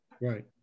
Right